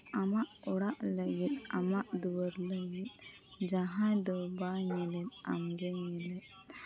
ᱟᱢᱟᱜ ᱚᱲᱟᱜ ᱞᱟᱹᱜᱤᱫ ᱟᱢᱟᱜ ᱫᱩᱣᱟᱹᱨ ᱞᱟᱹᱜᱤᱫ ᱡᱟᱦᱟᱸᱭ ᱫᱚ ᱵᱟᱭ ᱧᱮᱞᱮᱫ ᱟᱢᱜᱮᱢ ᱧᱮᱞᱮᱫ